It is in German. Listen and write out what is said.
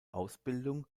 ausbildung